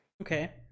Okay